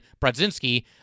Bradzinski